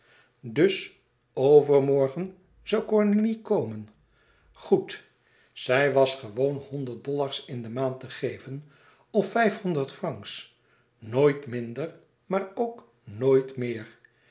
dus overmorgen zoû cornélie komen goed zij was gewoon honderd dollars in de maand te geven of vijfhonderd francs nooit minder maar ook nooit meer